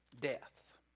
death